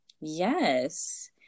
Yes